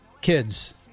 Kids